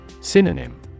Synonym